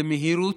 במהירות,